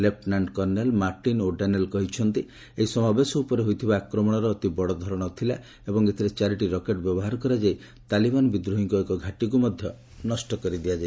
lieutenant colonel Martin O'Donnell କହିଛନ୍ତି ଏହି ସମାବେଶ ଉପରେ ହୋଇଥିବା ଆକ୍ରମର ଅତି ବଡ଼ ଧରଣର ଥିଲା ଏବଂ ଏଥିରେ ଚାରିଟି ରକେଟ ବ୍ୟବହାର କରାଯାଇ ତାଲିବାନ୍ ବିଦ୍ରୋହୀଙ୍କ ଏକ ଘାଟିକୁ ମଧ୍ୟ ନଷ୍ଟ କରିଦିଆଯାଇଛି